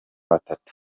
batatu